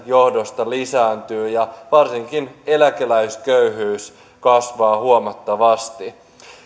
johdosta lisääntyy ja varsinkin eläkeläisköyhyys kasvaa huomattavasti